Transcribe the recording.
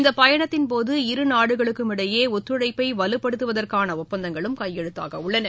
இந்த பயனத்தின்போது இரு நாடுகளுக்கும் இடையே ஒத்துழைப்பை வலுப்படுத்துவதற்கான ஒப்பந்தங்களும் கையெழுத்தாகவுள்ளன